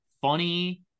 Funny